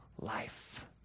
life